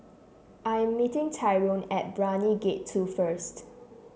I'm meeting Tyrone at Brani Gate Two first